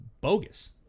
bogus